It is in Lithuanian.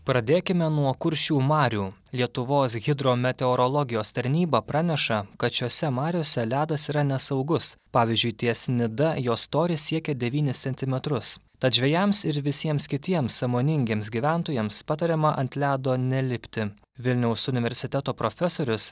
pradėkime nuo kuršių marių lietuvos hidrometeorologijos tarnyba praneša kad šiose mariose ledas yra nesaugus pavyzdžiui ties nida jo storis siekia devynis centimetrus tad žvejams ir visiems kitiems sąmoningiems gyventojams patariama ant ledo nelipti vilniaus universiteto profesorius